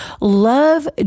love